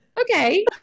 Okay